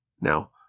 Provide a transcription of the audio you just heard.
Now